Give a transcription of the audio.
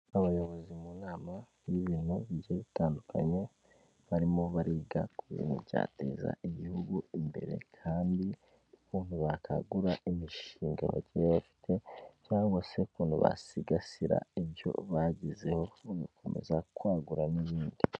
Abayobozi mu nama y'ibintu bigiye bitandukanye barimo bariga kure byateza igihugu imbere, kandi ukuntu bakangura imishinga bagiye bafite cyangwa se ukuntu basigasira ibyo bagezeho, bagakomeza kwagura n'ibindi.